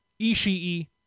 Ishii